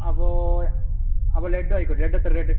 അപ്പോൾ അപ്പോൾ ലഡ്ഡു ആയിക്കോട്ടെ ലഡ്ഡു എത്രയാണ് റേറ്റ്